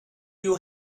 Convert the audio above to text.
you